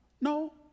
No